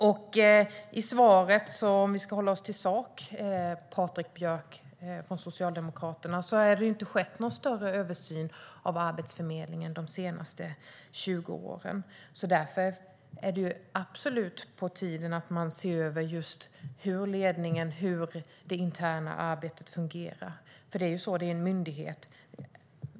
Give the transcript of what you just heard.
Om vi ska hålla oss till sak, Patrik Björck från Socialdemokraterna, har det ju inte skett någon större översyn av Arbetsförmedlingen de senaste 20 åren, och därför är det absolut på tiden att man ser över just hur ledningen och det interna arbetet fungerar. Det är ju en myndighet.